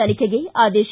ತನಿಖೆಗೆ ಆದೇಶ